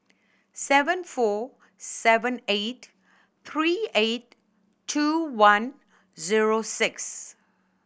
seven four seven eight three eight two one zero six